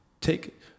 take